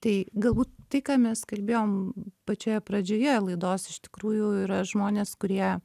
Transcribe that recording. tai galbūt tai ką mes kalbėjom pačioje pradžioje laidos iš tikrųjų yra žmonės kurie